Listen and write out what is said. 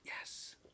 Yes